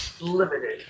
limited